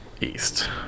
east